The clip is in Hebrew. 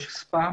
יש ספא,